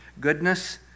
Goodness